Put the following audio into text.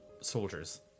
soldiers